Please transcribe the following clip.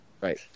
right